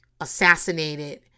assassinated